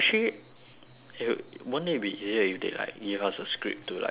it would won't it be easier if they like give us a script to like just talk